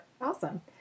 Awesome